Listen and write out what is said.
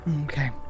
Okay